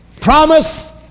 promise